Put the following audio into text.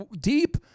deep